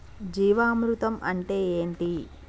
జీవామృతం అంటే ఏంటి?